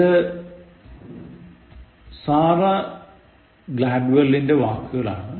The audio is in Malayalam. ഇത് സാറാ ഗ്ലാഡ്വെല്ലിന്റെ വാക്കുകളാണ്